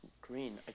green